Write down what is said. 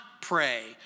pray